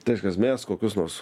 tai reiškias mes kokius nors